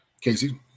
Casey